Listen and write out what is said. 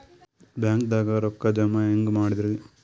ಬ್ಯಾಂಕ್ದಾಗ ರೊಕ್ಕ ಜಮ ಹೆಂಗ್ ಮಾಡದ್ರಿ?